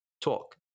talk